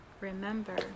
Remember